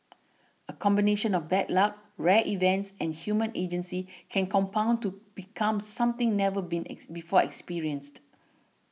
a combination of bad luck rare events and human agency can compound to become something never been before experienced